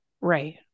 Right